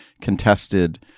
contested